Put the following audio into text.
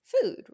food